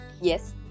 yes